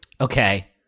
Okay